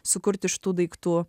sukurti iš tų daiktų